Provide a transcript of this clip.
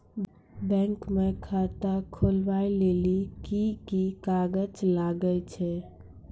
Bank म खाता खोलवाय लेली की की कागज लागै छै?